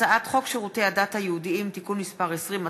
הצעת חוק שירותי הדת היהודיים (תיקון מס' 20),